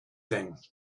thing